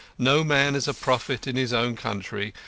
no man is a prophet in his own country,